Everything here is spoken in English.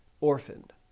orphaned